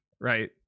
right